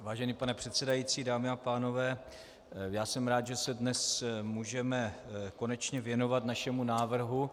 Vážený pane předsedající, dámy a pánové, jsem rád, že se dnes můžeme konečně věnovat našemu návrhu.